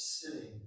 Sitting